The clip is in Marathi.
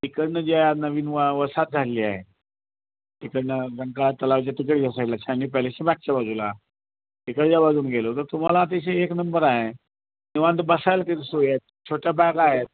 तिकडून ज्या नवीन वा वसाहत झाली आहे तिकडून रंकाळा तलावच्या तिकडच्या साईडला शालिनी पॅलेसच्या मागच्या बाजूला तिकडच्या बाजून गेलो तर तुम्हाला अतिशय एक नंबर आहे निवांत बसायला तिथं सोयी आहेत छोट्या बागा आहेत